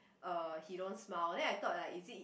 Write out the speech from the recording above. uh he don't smile then I thought like is it